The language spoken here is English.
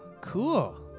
cool